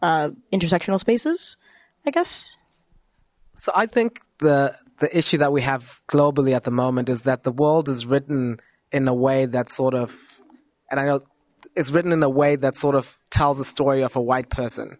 intersectional spaces i guess so i think the issue that we have globally at the moment is that the world is written in a way that sort of and i know it's written in a way that sort of tells the story of a white person